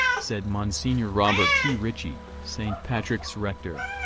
said msgr. robert t. ritchie, st. patrick's rector.